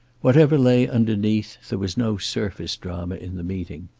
whatever lay underneath, there was no surface drama in the meeting.